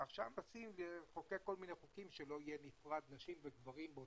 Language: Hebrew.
עכשיו מנסים לחוקק כל מיני חוקים שלא יהיו בנפרד נשים וגברים,